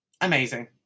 Amazing